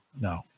No